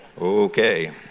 Okay